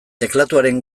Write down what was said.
teklatuaren